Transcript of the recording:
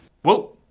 well.